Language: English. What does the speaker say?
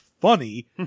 funny